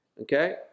okay